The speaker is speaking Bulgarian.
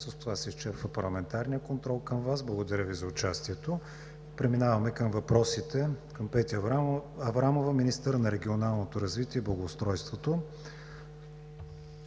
С това се изчерпва парламентарният контрол към Вас. Благодаря Ви за участието. Преминаваме към въпросите към Петя Аврамова – министър на регионалното развитие и благоустройството.